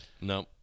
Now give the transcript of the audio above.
No